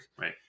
Right